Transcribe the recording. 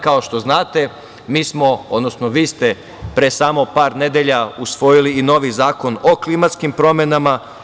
Kao što znate, vi ste pre samo par nedelja usvojili i novi Zakon o klimatskim promenama.